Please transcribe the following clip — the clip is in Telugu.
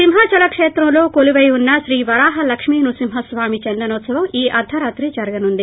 సింహాచల క్షేత్రంలో కొలువై ఉన్న శ్రీ వరాహ లక్ష్మీ నృసింహ స్వామి చందనోత్పవం ఈ అర్ధరాత్రి జరగనుంది